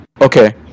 Okay